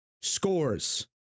scores